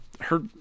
her-